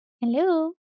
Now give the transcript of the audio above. hello